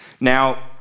Now